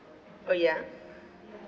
oh ya